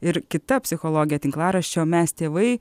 ir kita psichologė tinklaraščio mes tėvai